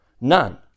None